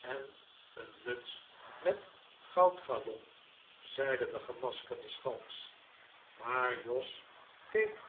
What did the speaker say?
en een muts met goudgalon zeide de gemaskerde schalks maar jos keek